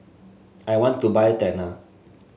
I want to buy Tena